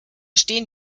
stehen